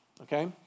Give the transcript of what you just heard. Okay